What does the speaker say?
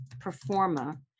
performer